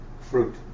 fruit